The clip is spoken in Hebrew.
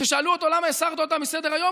כששאלו אותו: למה הסרת אותה מסדר-היום?